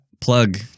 Plug